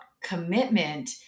commitment